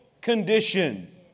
condition